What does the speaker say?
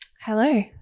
Hello